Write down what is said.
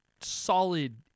solid